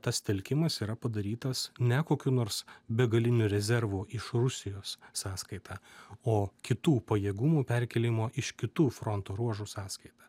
tas telkimas yra padarytas ne kokiu nors begalinių rezervų iš rusijos sąskaita o kitų pajėgumų perkėlimo iš kitų fronto ruožų sąskaita